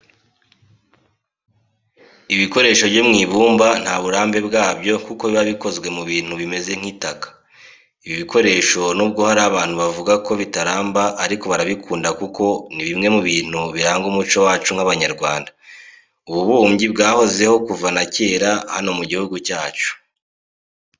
Ibikoresho byo mu ibumba nta burambe bwabyo kuko biba bikoze mu bintu bimeze nk'itaka. Ibi bikoresho nubwo hari abantu bavuga ko bitaramba ariko barabikunda kuko ni bimwe mu bintu biranga umuco wacu nk'Abanyarwanda. Ububumbyi bwahozeho kuva na kera hano mu gihugu cyacu.